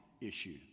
issue